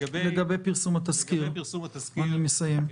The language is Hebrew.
לגבי פרסום התזכיר, ואני מסיים.